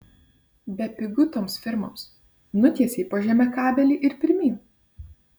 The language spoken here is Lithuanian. bepigu toms firmoms nutiesei po žeme kabelį ir pirmyn